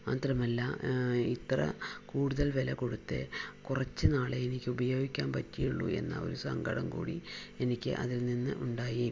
മാത്രമല്ല ഇത്ര കൂടുതൽ വില കൊടുത്ത് കുറച്ച് നാളേ എനിക്ക് ഉപയോഗിക്കാൻ പറ്റിയുള്ളൂ എന്ന ഒരു സങ്കടം കൂടി എനിക്ക് അതിൽ നിന്നു ഉണ്ടായി